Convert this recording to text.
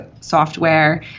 software